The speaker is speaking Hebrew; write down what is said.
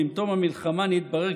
ועם תום המלחמה נתברר,